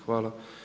Hvala.